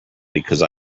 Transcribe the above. because